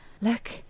look